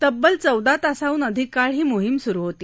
तब्बल चौदा तासाहून अधिक काळ ही मोहीम सुरु होती